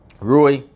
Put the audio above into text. Rui